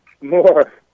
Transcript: more